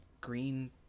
green